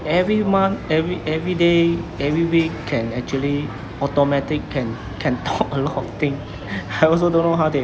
every month every everyday every week can actually automatic can can talk a lot of thing I also don't know how they